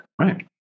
Right